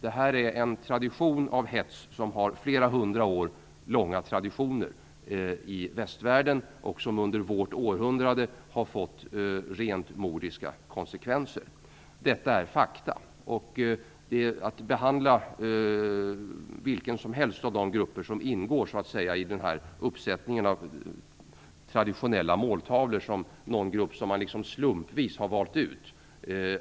Det här är en tradition av hets som har funnits i flera hundra år i västvärlden och som under vårt århundrade har fått rent mordiska konsekvenser. Detta är fakta. Att behandla någon av de grupper som ingår i denna uppsättning av traditionella måltavlor som slumpvis utvald